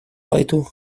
gaitu